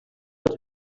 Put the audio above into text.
als